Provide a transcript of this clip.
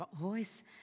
voice